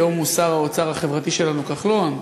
היום הוא שר האוצר החברתי שלנו כחלון,